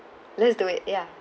let's do it ya